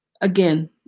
again